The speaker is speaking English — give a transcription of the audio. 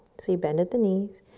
so you bend at the knees.